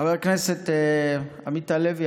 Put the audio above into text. חבר הכנסת עמית הלוי,